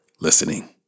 listening